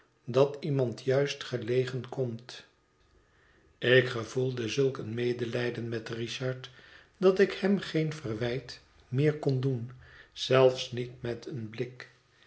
dat iemand juist gelegen komt ik gevoelde zulk een medelijden met richard dat ik hem geen verwijt meer kon doen zelfs niet met een blik